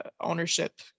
ownership